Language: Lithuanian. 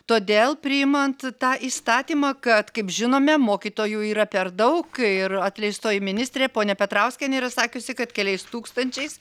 todėl priimant tą įstatymą kad kaip žinome mokytojų yra per daug ir atleistoji ministrė ponia petrauskienė yra sakiusi kad keliais tūkstančiais